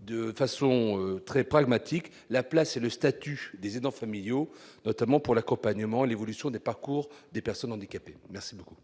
de façon très pragmatique, la place et le statut des aidants familiaux, notamment pour l'accompagnement et l'évolution des parcours des personnes handicapées, merci beaucoup.